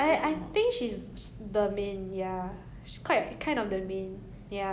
oh one of the main ah is it like 好像 victorious